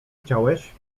chciałeś